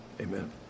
amen